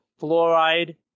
fluoride